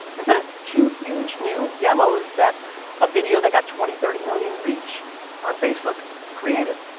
that's it! two huge new demos that a video that got twenty, thirty million reach on facebook created.